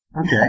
Okay